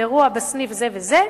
באירוע בסניף זה וזה.